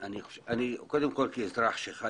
קודם כל כאזרח שיש